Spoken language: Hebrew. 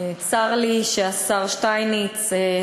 צר לי שהשר שטייניץ,